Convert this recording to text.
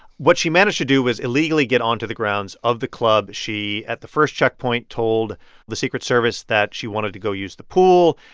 what she managed to do was illegally get onto the grounds of the club. she, at the first checkpoint, told the secret service that she wanted to go use the pool.